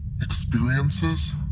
Experiences